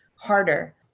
harder